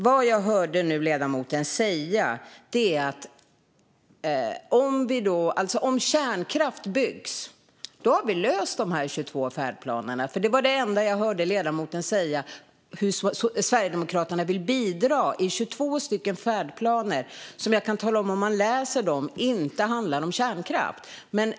Vad jag hörde ledamoten säga är att om kärnkraft byggs så har vi löst de 22 färdplanerna. Det var det enda jag hörde ledamoten säga om hur Sverigedemokraterna vill bidra i 22 färdplaner som, kan jag tala om, inte handlar om kärnkraft.